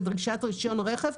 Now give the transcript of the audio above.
בדרישת רישיון רכב,